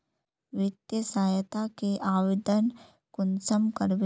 वित्तीय सहायता के आवेदन कुंसम करबे?